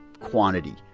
quantity